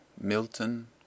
Milton